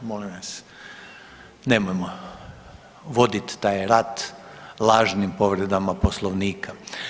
Molim vas nemojmo vodit taj rat lažnim povredama Poslovnika.